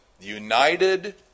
united